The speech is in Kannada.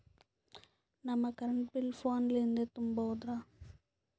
ನಮ್ ಕರೆಂಟ್ ಬಿಲ್ ಫೋನ ಲಿಂದೇ ತುಂಬೌದ್ರಾ?